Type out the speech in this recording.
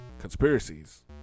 conspiracies